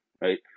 Right